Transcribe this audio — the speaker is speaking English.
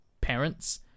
parents